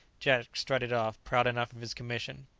jack strutted off, proud enough of his commission.